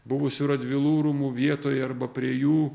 buvusių radvilų rūmų vietoje arba prie jų